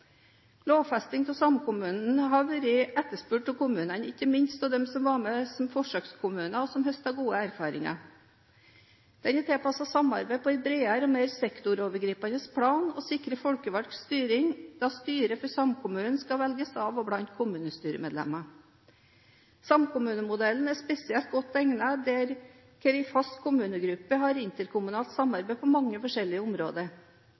Lovfesting av samkommunen har vært etterspurt av kommunene, ikke minst av dem som var med som forsøkskommuner og høstet gode erfaringer. Samkommunen er tilpasset samarbeid på et bredere og mer sektorovergripende plan, og sikrer folkevalgt styring, da styret for samkommunen skal velges av og blant kommunestyremedlemmene. Samkommunemodellen er spesielt godt egnet der hvor en fast gruppe kommuner har interkommunalt samarbeid på mange forskjellige områder.